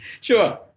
Sure